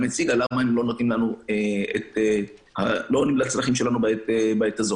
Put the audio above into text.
אחרי זה, אם זה יעבור או לא יעבור, יונח, אני